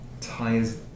ties